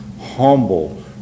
humble